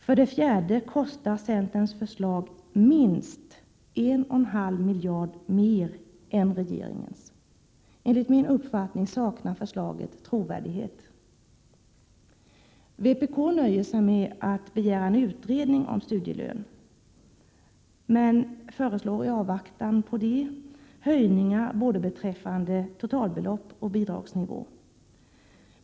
För det fjärde kostar centerns förslag minst 1,5 miljarder kronor mer än regeringens. Enligt min uppfattning saknar förslaget trovärdighet. Vpk nöjer sig med att begära en utredning om studielön, men föreslår i avvaktan på det höjningar beträffande både totalbelopp och bidragsnivå.